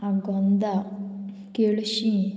Agonda केळशीं